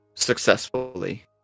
Successfully